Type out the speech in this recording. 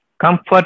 comfort